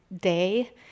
day